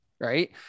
right